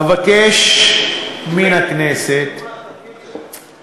אבקש מן הכנסת, התפקיד שלו.